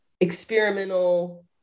experimental